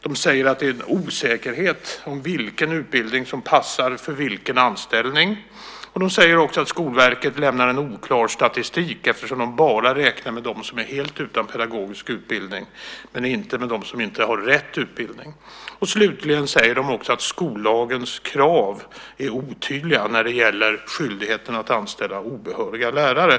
Man säger att det är en osäkerhet om vilken utbildning som passar för en viss anställning. Man säger också att Skolverket lämnar en oklar statistik eftersom Skolverket bara räknar med dem som är helt utan pedagogisk utbildning men inte med dem som inte har rätt utbildning. Slutligen säger Riksrevisionen att skollagens krav är otydliga när det gäller skyldigheten att anställa obehöriga lärare.